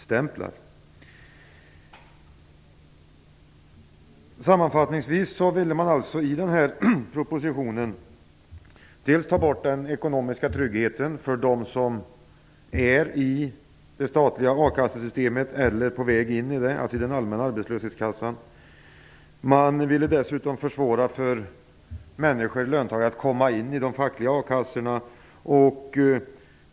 Sammanfattningsvis ville man alltså i den här propositionen ta bort den ekonomiska tryggheten för dem som hör till, eller är på väg att höra till, det statliga akassesystemet, dvs. den allmänna arbetslöshetskassan. Dessutom ville man försvåra för löntagare att komma in i de fackliga a-kassorna.